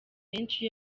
menshi